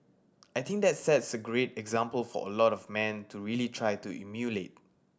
I think that sets a great example for a lot of man to really try to emulate